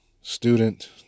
student